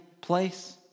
place